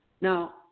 Now